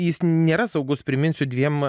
jis nėra saugus priminsiu dviem